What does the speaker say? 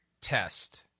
test